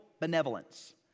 benevolence